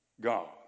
God